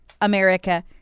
America